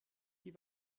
die